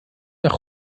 nach